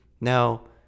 Now